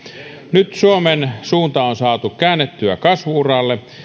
nyt suomen suunta on saatu käännettyä kasvu uralle